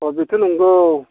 अ बेथ' नंगौ